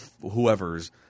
whoever's